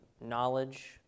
knowledge